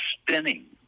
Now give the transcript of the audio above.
spinning